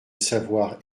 savoir